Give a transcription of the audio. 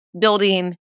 building